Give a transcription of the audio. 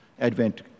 Advent